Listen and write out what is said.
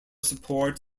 support